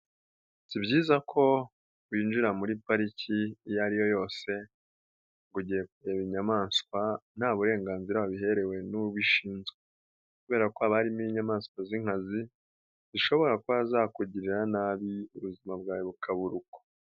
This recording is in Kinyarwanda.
Si byiza ko winjira muri pariki iyo ari yo yose ngo ugiye kureba inyamaswa nta burenganzira wabiherewe n'u ubishinzwe, kubera ko aba harimo inyamaswa z'inkazi zishobora kubazakugirira nabi ubuzima bwawe bukabura uko.